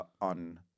on